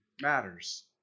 matters